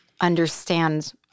understand